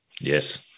Yes